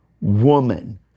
woman